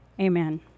Amen